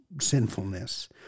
sinfulness